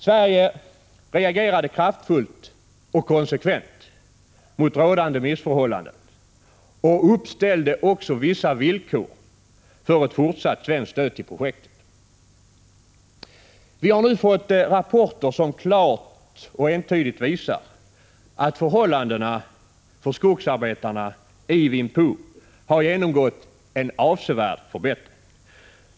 Sverige reagerade kraftfullt och konsekvent mot rådande missförhållanden och uppställde också vissa villkor för ett fortsatt svenskt stöd till projektet. Vi har nu fått rapporter som klart och entydigt visar att förhållandena för skogsarbetarna i Vinh Phu har genomgått en avsevärd förbättring.